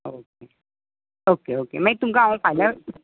okay okay okay मागीर तुमकां हांव फाल्या